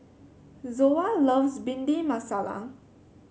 Zoa loves Bhindi Masala